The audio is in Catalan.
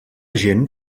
gent